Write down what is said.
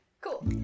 Cool